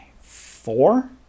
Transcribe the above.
four